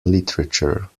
literature